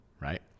right